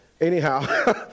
anyhow